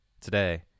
Today